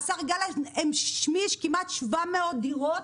השר גלנט השמיש כמעט 700 דירות